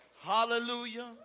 Hallelujah